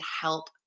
help